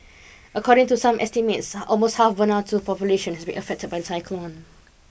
according to some estimates almost half Vanuatu's population has been affected by the cyclone